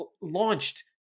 launched